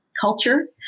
culture